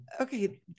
Okay